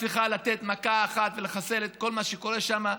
ודאי צריכה לתת מכה אחת ולחסל את כל מה שקורה שם.